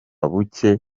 buke